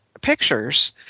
pictures